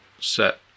set